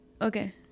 Okay